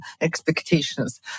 expectations